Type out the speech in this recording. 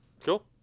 cool